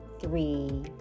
three